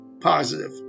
positive